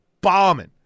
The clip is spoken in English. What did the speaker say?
bombing